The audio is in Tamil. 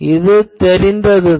இது தெரிந்ததுதான்